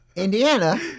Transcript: Indiana